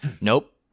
Nope